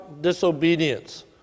disobedience